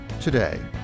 today